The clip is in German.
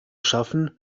schaffen